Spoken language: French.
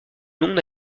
non